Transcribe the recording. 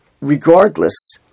regardless